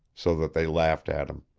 so that they laughed at him.